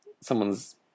someone's